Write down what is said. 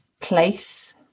place